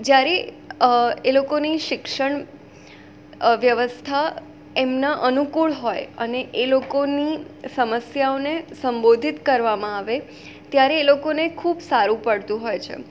જ્યારે એ લોકોની શિક્ષણ વ્યવસ્થા એમના અનુકૂળ હોય અને એ લોકોની સમસ્યાઓને સંબોધિત કરવામાં આવે ત્યારે એ લોકોને ખૂબ સારું પડતું હોય છે